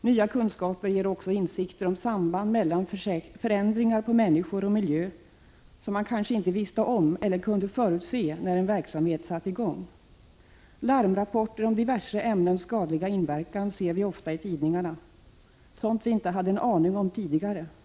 Nya kunskaper ger oss också insikter om samband mellan förändringar på människor och miljö som man inte visste om eller inte kunde förutse när en verksamhet satte i gång. Larmrapporter om diverse ämnens skadliga inverkan ser vi ofta i tidningarna, sådant vi inte hade en aning om tidigare.